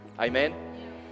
Amen